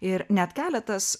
ir net keletas